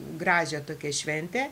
gražią tokią šventę